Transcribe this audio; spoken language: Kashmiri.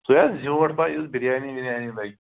سُے حظ زیوٗٹھ پَہَن یُس بِریانی وِریانی لَگہِ